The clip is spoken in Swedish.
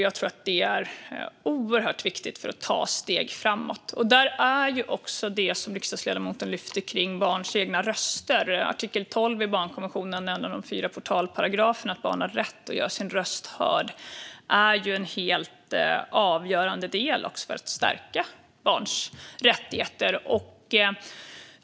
Jag tror att detta är oerhört viktigt för att ta steg framåt. Det som riksdagsledamoten lyfter fram om barns egna röster - artikel 12 i barnkonventionen, en av de fyra portalparagraferna om att barn har rätt att göra sin röst hörd - är en helt avgörande del för att stärka barns rättigheter.